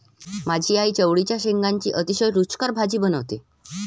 माझी आई चवळीच्या शेंगांची अतिशय रुचकर भाजी बनवते